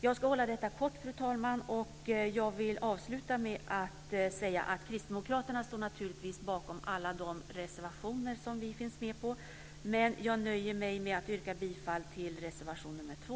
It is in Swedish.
Jag ska vara kortfattad, och jag vill avsluta med att säga att Kristdemokraterna naturligtvis står bakom alla de reservationer där vi finns med, men jag nöjer mig med att yrka bifall till reservation 2.